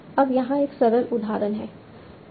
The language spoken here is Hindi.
अब यहाँ एक सरल उदाहरण है